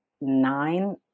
nine